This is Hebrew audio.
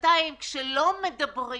אני אפתח כאשר אני אהיה מוכן".